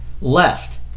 left